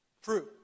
Fruit